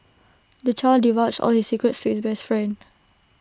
the child divulged all his secrets to his best friend